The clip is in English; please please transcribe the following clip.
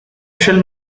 shall